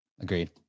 Agreed